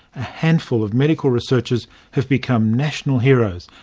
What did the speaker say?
a handful of medical researchers have become national heroes,